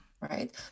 right